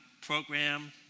Program